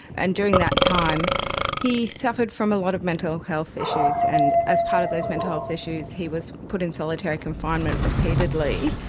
and during that time he suffered from a lot of mental health issues, and as part of those mental health issues he was put in solitary confinement repeatedly,